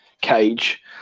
cage